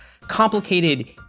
complicated